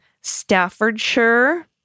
Staffordshire